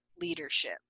leadership